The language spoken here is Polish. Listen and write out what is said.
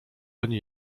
oni